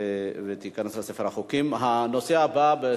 לעוסקים במלאכה.